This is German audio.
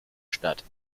statt